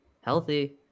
healthy